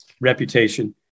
reputation